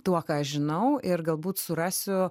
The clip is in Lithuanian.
tuo ką aš žinau ir galbūt surasiu